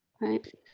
Right